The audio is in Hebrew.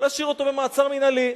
להשאיר אותו במעצר מינהלי.